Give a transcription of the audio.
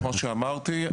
כמו שאמרתי,